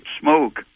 smoke